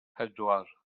pedwar